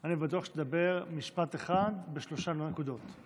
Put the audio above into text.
אני בטוח שתדבר משפט אחד בשלוש נקודות.